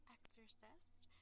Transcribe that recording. Exorcist